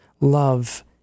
Love